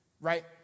Right